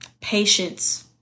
Patience